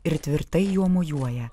ir tvirtai juo mojuoja